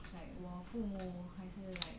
like 我父母还是 like